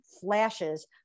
flashes